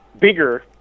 bigger